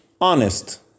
honest